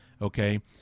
Okay